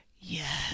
yes